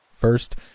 First